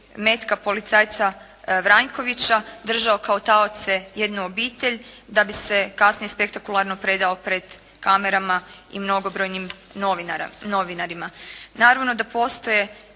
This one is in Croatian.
metka policajca Vranjkovića, držao kao taoce jednu obitelj da bi se kasnije spektakularno predao kamerama i mnogobrojnim novinarima. Naravno da postoje